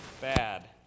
bad